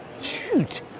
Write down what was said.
Shoot